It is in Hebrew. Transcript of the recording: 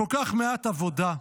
כל כך מעט עבודה.